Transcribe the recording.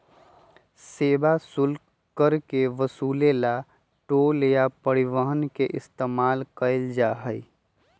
सेवा शुल्क कर के वसूले ला टोल या परिवहन के इस्तेमाल कइल जाहई